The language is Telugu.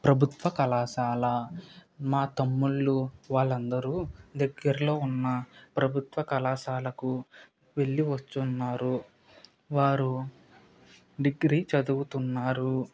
ప్రభుత్వ కళాశాల మా తమ్ముళ్ళు వాళ్ళు అందరూ దగ్గరలో ఉన్న ప్రభుత్వ కళాశాలకు వెళ్ళి వచ్చి ఉన్నారు వారు డిగ్రీ చదువుతున్నారు